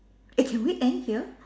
eh can we end here